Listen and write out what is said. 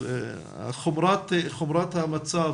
חומרת המצב,